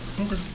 Okay